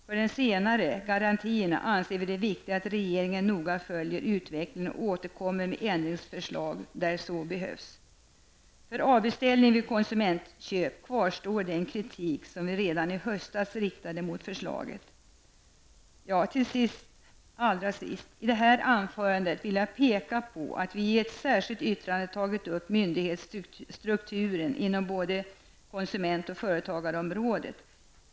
För den senare, garantierna, anser vi det viktigt att regeringen noga följer utvecklingen och återkommer med ändringsförslag där så behövs. För avbeställning vid konsumentköp kvarstår den kritik som vi redan i höstas riktade mot förslaget. I detta anförande vill jag slutligen peka på att vi i ett särskilt yttrande tagit upp myndighetsstrukturen inom både konsument och företagarområdet.